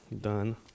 Done